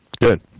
Good